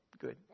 good